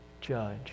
judge